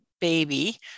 baby